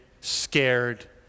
scared